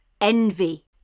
Envy